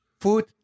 food